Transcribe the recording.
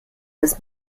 ist